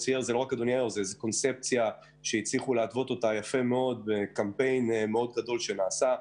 זו קונספציה שהצליחו להתוות אותה בקמפיין גדול שנעשה.